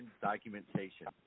documentation